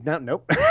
nope